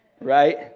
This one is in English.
right